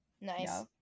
Nice